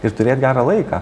ir turėt gerą laiką